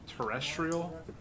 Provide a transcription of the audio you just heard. Terrestrial